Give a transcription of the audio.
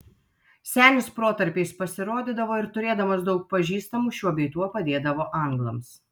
senis protarpiais pasirodydavo ir turėdamas daug pažįstamų šiuo bei tuo padėdavo anglams